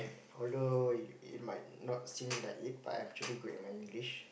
although it it might not seem like it but I'm actually good at my English